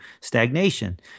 stagnation